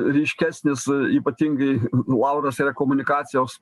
ryškesnis ypatingai lauras yra komunikacijos